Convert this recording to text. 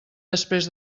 després